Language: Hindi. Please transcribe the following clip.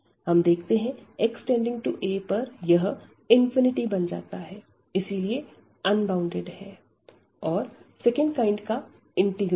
हम देखते हैं x a पर यह ∞बन जाता है इसीलिए अनबॉउंडेड है और सेकंड काइंड का इंटीग्रल है